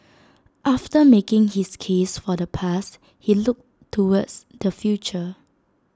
after making his case for the past he looked towards the future